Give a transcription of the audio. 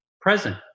present